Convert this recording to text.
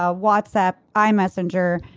ah whatsapp, i messenger,